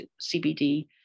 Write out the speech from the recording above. CBD